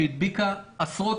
שהדביקה עשרות,